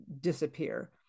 disappear